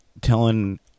telling